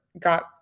got